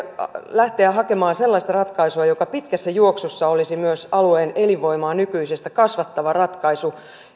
hakemaan sellaista ratkaisua joka pitkässä juoksussa olisi myös alueen elinvoimaa nykyisestä kasvattava ratkaisu